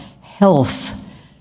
health